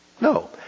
No